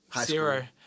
Zero